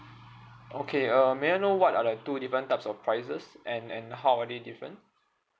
okay err may I know what are the two different types of prices and and how are they different